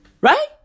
Right